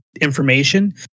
information